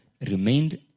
remained